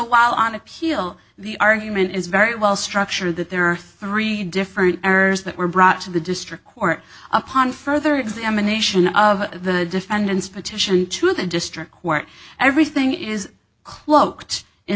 while on appeal the argument is very well structured that there are three different errors that were brought to the district or upon further examination of the defendant's petition to the district court everything is cloaked in